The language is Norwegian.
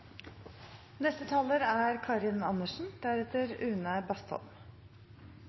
Neste taler er